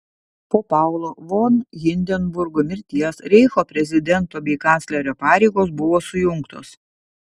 po paulo von hindenburgo mirties reicho prezidento bei kanclerio pareigos buvo sujungtos